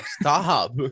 stop